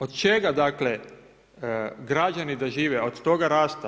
Od čega dakle građani da žive, od toga rasta?